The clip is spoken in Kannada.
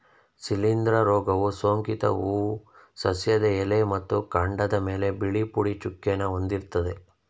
ಶಿಲೀಂಧ್ರ ರೋಗವು ಸೋಂಕಿತ ಹೂ ಸಸ್ಯದ ಎಲೆ ಮತ್ತು ಕಾಂಡದ್ಮೇಲೆ ಬಿಳಿ ಪುಡಿ ಚುಕ್ಕೆನ ಹೊಂದಿರ್ತದೆ